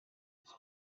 his